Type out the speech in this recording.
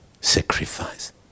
sacrifice